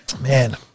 man